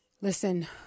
Listen